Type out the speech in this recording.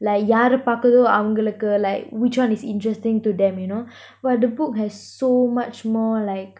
like யாரு பாகுதோ:yaaru paakutho like which one is interesting to them you know but the book has so much more like